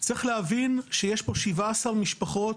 צריך להבין שיש פה 17 משפחות,